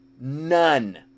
none